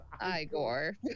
Igor